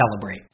celebrate